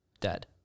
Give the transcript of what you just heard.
Dead